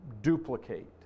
duplicate